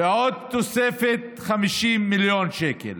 ועוד תוספת 50 מיליון שקל.